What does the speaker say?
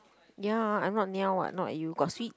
ya I'm not niao [what] not like you got sweet